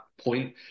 point